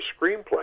screenplay